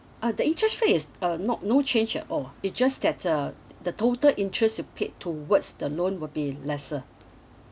uh the interest rate is uh not no change at all it's just that uh the total interest you paid towards the loan will be lesser